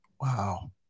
Wow